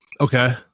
okay